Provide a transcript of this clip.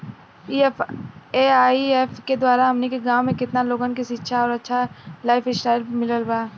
AIF के द्वारा हमनी के गांव में केतना लोगन के शिक्षा और अच्छा लाइफस्टाइल मिलल बा